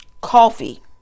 coffee